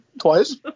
Twice